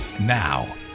Now